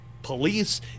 Police